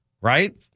Right